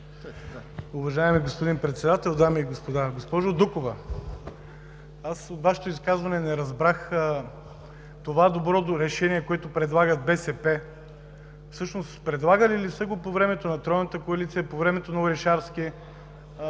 Уважаеми господин Председател, дами и господа! Госпожо Дукова, аз от Вашето изказване не разбрах това добро решение, което предлагат БСП, всъщност предлагали ли са го по времето на тройната коалиция, по времето на Орешарски?